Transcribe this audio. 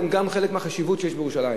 הם גם חלק מהחשיבות שיש בירושלים.